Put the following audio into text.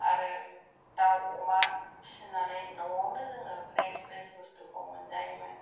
आरो दाउ अमा फिसिनानै न'आवनो जोङो फ्रेस फ्रेस बुसथुखौ मोनजायोमोन